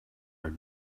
are